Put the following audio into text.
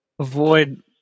avoid